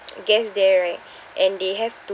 guest there right and they have to